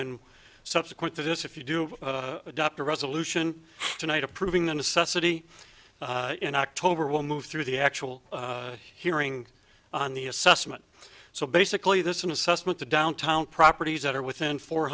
and subsequent to this if you do adopt a resolution tonight approving the necessity in october we'll move through the actual hearing on the assessment so basically this is an assessment the downtown properties that are within four